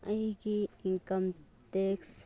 ꯑꯩꯒꯤ income tax